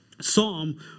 psalm